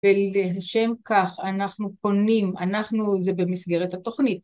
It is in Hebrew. ולשם כך אנחנו פונים, אנחנו זה במסגרת התוכנית.